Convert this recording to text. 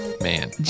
Man